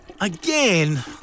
Again